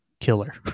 killer